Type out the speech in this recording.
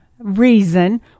reason